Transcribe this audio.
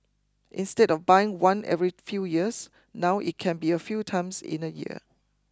instead of buying one every few years now it can be a few times in a year